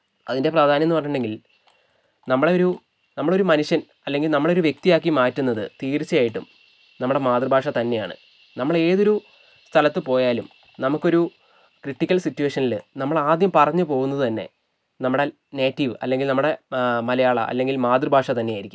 അതിൻ്റെ പ്രാധാന്യം പറഞ്ഞിട്ടുണ്ടെങ്കിൽ നമ്മളൊരു നമ്മളൊരു മനുഷ്യൻ അല്ലെങ്കിൽ നമ്മളൊരു വ്യക്തിയാക്കി മാറ്റുന്നത് തീർച്ചയായിട്ടും നമ്മളുടെ മാതൃഭാഷ തന്നെയാണ് നമ്മൾ ഏതൊരു സ്ഥലത്ത് പോയാലും നമുക്കൊരു ക്രിട്ടിക്കൽ സിറ്റുവേഷനിൽ നമ്മളാദ്യം പറഞ്ഞു പോകുന്നത് തന്നെ നമ്മുടെ നെറ്റിവ് അല്ലെങ്കിൽ നമ്മളുടെ മലയാള അല്ലെങ്കിൽ മാതൃഭാഷ തന്നെയായിരിക്കും